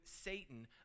Satan